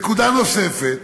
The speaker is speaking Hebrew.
נקודה נוספת,